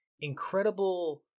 incredible